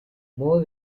more